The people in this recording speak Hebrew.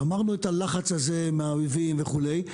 גמרנו את הלחץ הזה מהאויבים וכולי,